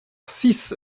six